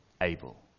Abel